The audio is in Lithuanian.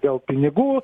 dėl pinigų